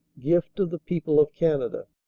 gift of the people of canada.